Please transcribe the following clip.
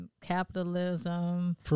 capitalism